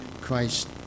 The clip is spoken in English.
Christ